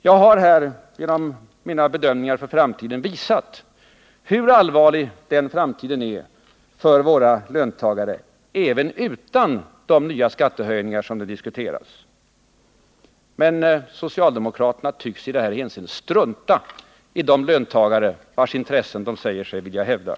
Jag har här genom mina bedömningar för framtiden visat hur allvarlig den framtiden är för våra löntagare, även utan de nya skattehöjningar som nu diskuteras. Men socialdemokraterna tycks strunta i de löntagare vars intressen de säger sig vilja hävda.